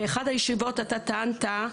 באחת הישיבות אתה טענת,